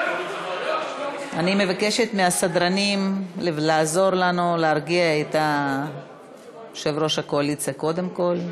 אני מבקשת מהסדרנים לעזור לנו להרגיע את יושב-ראש הקואליציה קודם כול.